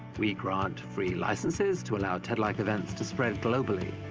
we grant free licenses to allow ted-like events to spread globally.